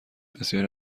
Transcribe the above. بسیاری